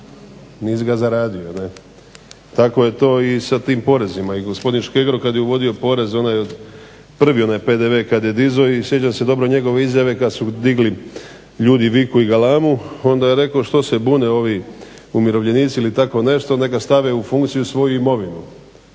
Nisi ga zaradio. Tako je to i sa tim porezima. I gospodin Škegro kad je uvodio porez onaj od, prvi onaj PDV kad je dizao i sjećam se dobro njegove izjave kad su digli ljudi viku i galamu onda je rekao što se bune ovi umirovljenici ili tako nešto. Neka stave u funkciju svoju imovinu.